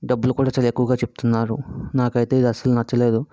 డబ్బులు కూడా చాలా ఎక్కువగా చెప్తున్నారు నాకైతే ఇది అస్సలు నచ్చలేదు